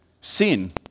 sin